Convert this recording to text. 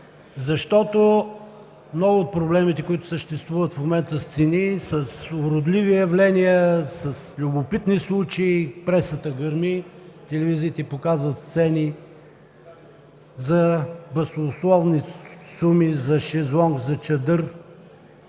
защото много от проблемите, които съществуват в момента с цени, с уродливи явления, с любопитни случаи, пресата гърми, телевизиите показват цени, баснословни суми за шезлонг, за чадър.